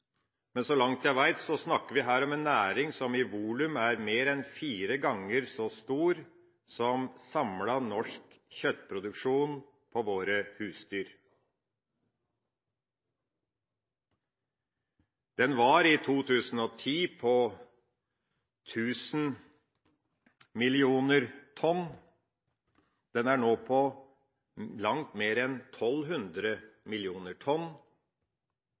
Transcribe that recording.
men så vidt jeg veit, snakker vi her om en næring som i volum er mer enn fire ganger så stor som samlet norsk kjøttproduksjon av våre husdyr. Den var i 2010 på 1 000 millioner tonn. Den er nå på langt mer enn 1 200 millioner tonn.